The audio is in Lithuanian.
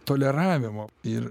toleravimo ir